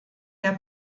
der